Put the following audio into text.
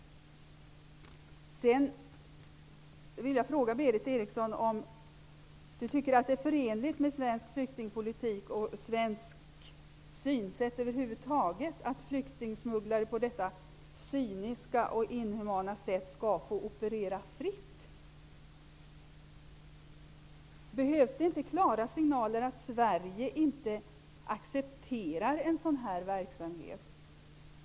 Tycker Berith Eriksson att det är förenligt med svensk flyktingpolitik och över huvud taget svenskt synsätt att flyktingsmugglare på detta cyniska och inhumana sätt skall få operera fritt? Behövs det inte klara signaler att Sverige inte accepterar en sådan verksamhet?